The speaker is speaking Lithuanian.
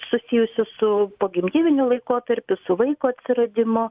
susijusiu su pogimdyviniu laikotarpiu su vaiko atsiradimu